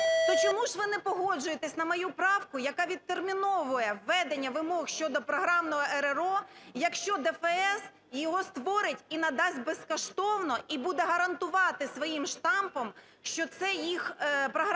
то чому ж ви не погоджуєтесь на мою правку, яка відтерміновує введення вимог щодо програмного РРО, якщо ДФС його створить і надасть безкоштовно, і буде гарантувати своїм штампом, що це їх програмне